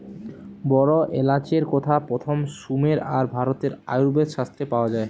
বড় এলাচের কথা প্রথম সুমের আর ভারতের আয়ুর্বেদ শাস্ত্রে পাওয়া যায়